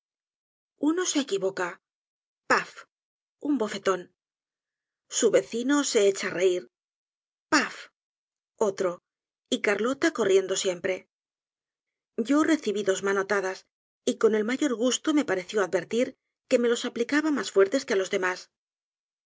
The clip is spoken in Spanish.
uno se equivoca paf un bofetón su vecino se echa reir paf otro y carlota corriendo siempre yo recibí dos manotadas y con el mayor gusto me pareció advertir que me los aplicaba mas fuertes que á los demás